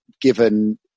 given